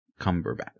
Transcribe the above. Cumberbatch